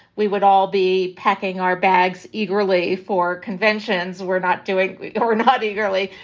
we would all be packing our bags eagerly for conventions. we're not doing or not eagerly.